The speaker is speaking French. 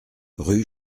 rue